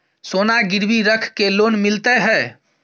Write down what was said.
सोना गिरवी रख के लोन मिलते है?